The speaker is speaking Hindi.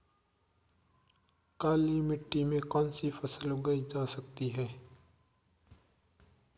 काली मिट्टी में कौनसी फसल उगाई जा सकती है?